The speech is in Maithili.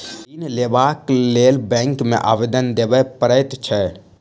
ऋण लेबाक लेल बैंक मे आवेदन देबय पड़ैत छै